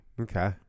Okay